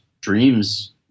dreams